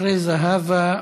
אחרי זהבה,